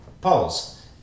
Pause